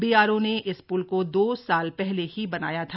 BRO ने इस प्ल को दो साल पहले ही बनाया था